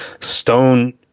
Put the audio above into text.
Stone